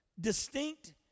distinct